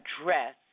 address